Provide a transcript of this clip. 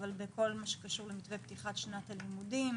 אבל בכל מה שקשור למתווה פתיחת שנת הלימודים